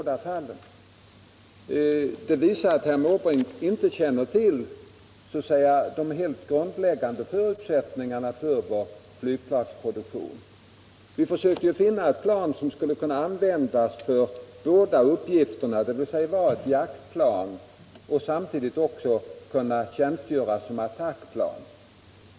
Det visar att herr Måbrink inte känner till så att säga de helt grundläggande förutsättningarna för vår flygplansproduktion. Vi försökte ju finna ett plan som skulle kunna användas för båda uppgifterna, dvs. vara ett jaktplan och samtidigt också kunna tjänstgöra som attackplan.